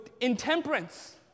intemperance